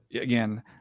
again